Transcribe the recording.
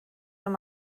wenn